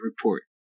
report